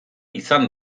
izan